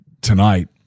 tonight